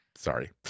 Sorry